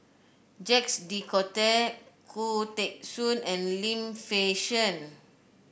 Jacques De Coutre Khoo Teng Soon and Lim Fei Shen